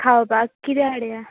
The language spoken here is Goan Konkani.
खावपाक कितें हाडया